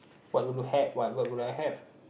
what would you have what what will I have